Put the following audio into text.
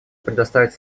предоставить